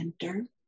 enter